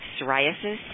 psoriasis